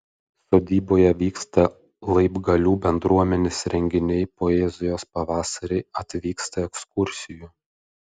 sodyboje vyksta laibgalių bendruomenės renginiai poezijos pavasariai atvyksta ekskursijų